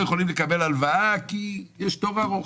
יכולים לקבל הלוואה כי יש תור ארוך.